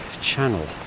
channel